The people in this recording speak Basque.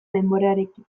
denborarekin